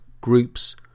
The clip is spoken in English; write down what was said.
groups